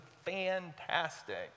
fantastic